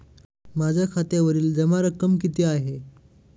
माझ्या खात्यावरील जमा रक्कम किती आहे?